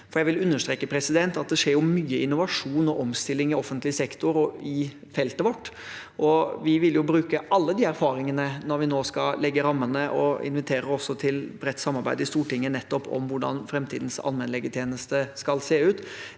ett. Jeg vil understreke at det skjer mye innovasjon og omstilling i offentlig sektor og i feltet vårt. Vi vil bruke alle de erfaringene når vi nå skal legge rammene. Vi inviterer også til bredt samarbeid i Stortinget om hvordan framtidens allmennlegetjeneste skal se ut,